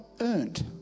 earned